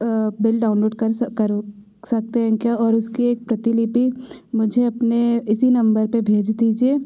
bill download करो सकते हैं क्या और उसकी एक प्रतिलिपि मुझे अपने इसी नंबर पर भेज दीजिए